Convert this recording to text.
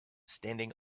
standing